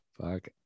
Fuck